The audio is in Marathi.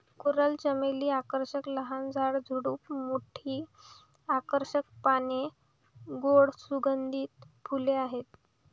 कोरल चमेली आकर्षक लहान झाड, झुडूप, मोठी आकर्षक पाने, गोड सुगंधित फुले आहेत